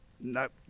Nope